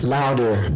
Louder